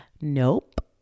Nope